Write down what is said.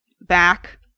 back